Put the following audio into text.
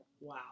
Wow